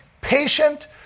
patient